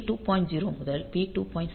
0 முதல் P2